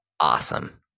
awesome